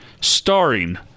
starring